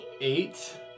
eight